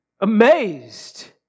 amazed